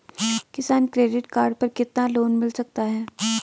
किसान credit card पर कितना लोंन मिल सकता है?